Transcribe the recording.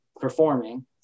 performing